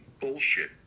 bullshit